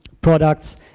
products